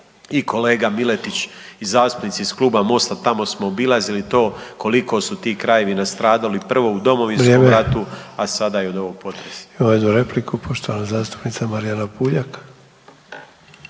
i kolega Miletić i zastupnici iz Kluba Mosta tamo smo obilazili to, koliko su ti krajevi nastradali, prvo u Domovinskom ratu, a sada i od ovog potresa. **Sanader, Ante (HDZ)** Imamo jednu repliku, poštovana zastupnica Marijana Puljak.